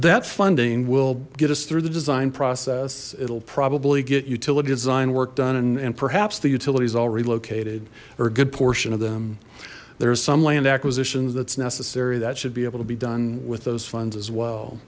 that funding will get us through the design process it'll probably get utility design work done and and perhaps the utilities all relocated or a good portion of them there are some land acquisitions that's necessary that should be able to be done with those funds as well